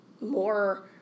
more